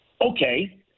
okay